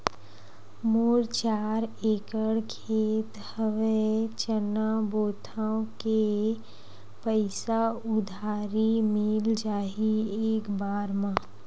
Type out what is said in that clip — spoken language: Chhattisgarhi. मोर चार एकड़ खेत हवे चना बोथव के पईसा उधारी मिल जाही एक बार मा?